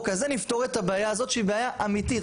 הזה נפתור את הבעיה הזאת שהיא בעיה אמיתית.